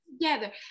together